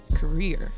career